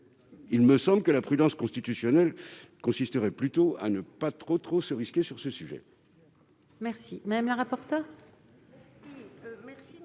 Il me semble que la prudence constitutionnelle consisterait plutôt à ne pas trop se risquer sur ce sujet.